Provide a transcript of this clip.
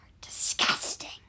disgusting